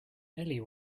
ellie